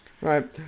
Right